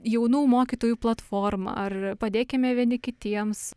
jaunų mokytojų platforma ar padėkime vieni kitiems